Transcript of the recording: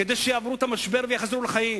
כדי שיעברו את המשבר ויחזרו לחיים.